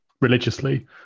religiously